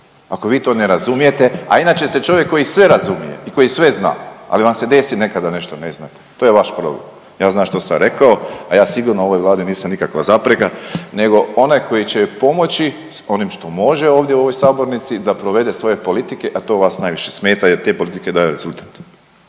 Ako vi to ne razumijete, a inače ste čovjek koji sve razumije i koji sve zna, ali vam se desi nekad da nešto ne znate to je vaš problem. Ja znam što sam rekao, a sigurno ovoj Vladi nisam nikakva zapreka nego onaj koji će pomoći s onim što može ovdje u ovoj sabornici da provede svoje politike, a to vas najviše smeta jer te politike daju rezultat.